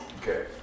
Okay